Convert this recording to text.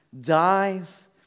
dies